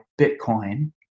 Bitcoin